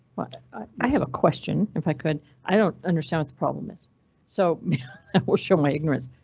but i have a question if i could. i don't understand what the problem is so that will show my ignorance.